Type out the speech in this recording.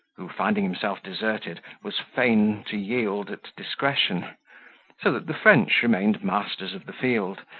who, finding himself deserted, was fain to yield at discretion so that the french remained masters of the field,